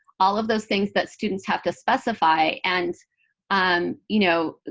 all of those things that students have to specify. and um you know,